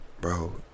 bro